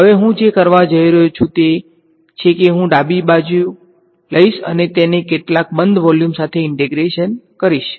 હવે હું જે કરવા જઇ રહ્યો છું તે છે કે હું આ ડાબી બાજુ લેઈશ અને તેને કેટલાક બંધ વોલ્યુમ સાથે ઈંટેગ્રેટ કરીશ